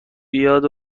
بیاد